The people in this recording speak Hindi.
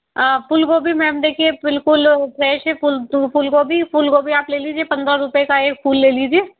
फूलगोबी मैम देखिए बिल्कुल फ्रेश है फूलगोबी फूलगोबी आप ले लीजिए पन्द्रह रुपए का एक फूल ले लीजिए